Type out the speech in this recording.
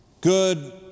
Good